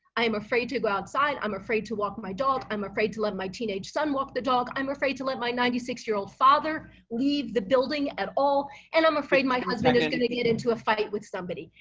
i am afraid to go outside. i'm afraid to walk my dog. i'm afraid to let my teenage son walk the dog. i'm afraid to let my ninety six year old father leave the building at all. and i'm afraid my husband is going to get into a fight with somebody,